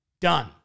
Done